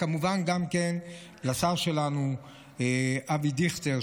כמובן גם כן לשר שלנו אבי דיכטר,